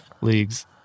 leagues